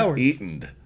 Eaten